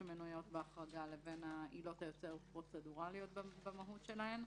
שמנויות בהחרגה לבין העילות הפרוצדורליות יותר במהותן.